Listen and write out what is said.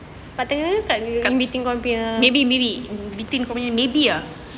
kat meeting kau dia maybe bilik maybe ya